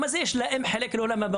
"מה זה "יש להם חלק לעולם הבא"?